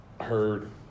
heard